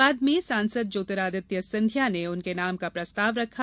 बाद में सांसद ज्योतिरादित्य ने उनके नाम का प्रस्ताव रखा